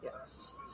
Yes